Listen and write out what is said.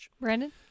Brandon